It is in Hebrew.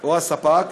או הספק,